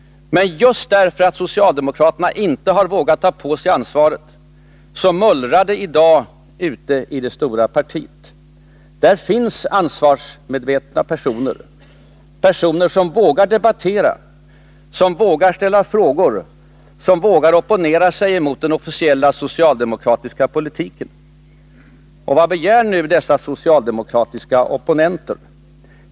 Just därför att socialdemokraterna inte har vågat ta på sig ansvaret mullrar det i dag ute i det stora partiet. Där finns ansvarsmedvetna personer — personer som vågar debattera, som vågar ställa frågor och som vågar opponera sig mot den officiella socialdemokratiska politiken. Vad begär nu dessa socialdemokratiska opponenter?